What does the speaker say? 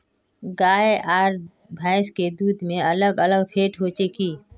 गाय आर भैंस के दूध में अलग अलग फेट होचे की?